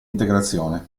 integrazione